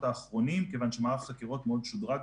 האחרונים כיוון שמערך החקירות מאוד שודרג,